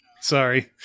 Sorry